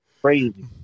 Crazy